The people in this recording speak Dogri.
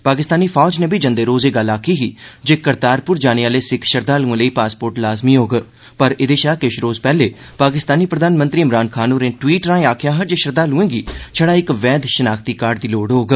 पाकिस्तानी फौज नै बी जंदे रोज एह् गल्ल आखी ही जे करतारपुर जाने आह्ले सिक्ख श्रद्वालुएं लेई पासपोर्ट लाज़मी होग पर एहदे शा किश रोज पैहले पाकिस्तानी प्रधानमंत्री इमरान खान होरें टवीट् राएं आखेआ हा जे श्रद्वालुएं गी छड़ा इक वैद्य शनाख्ती कार्ड दी लोड़ होग